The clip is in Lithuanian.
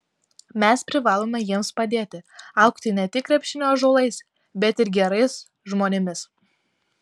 mes privalome jiems padėti augti ne tik krepšinio ąžuolais bet ir gerais žmonėmis